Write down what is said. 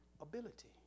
ability